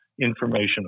information